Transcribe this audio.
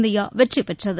India வெற்றிபெற்றது